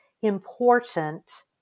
important